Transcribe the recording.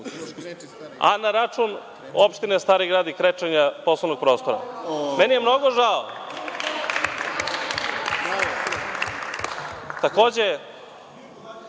a na račun opštine Stari Grad i krečenja poslovnog prostora. Meni je mnogo žao. Takođe,